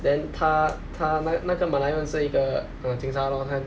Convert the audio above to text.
then 他他那那个马来人是一个警察咯他